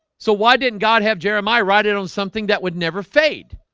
so why didn't god have jeremiah riding on something that would never fade?